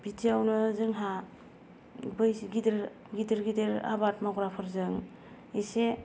बिदियावनो जोंहा बैसोर गिदिर गिदिर आबाद मावग्राफोरजों एसे